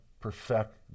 perfect